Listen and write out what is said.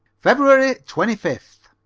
feb. twenty fifth.